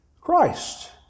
Christ